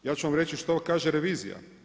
Ja ću vam reći što kaže revizija.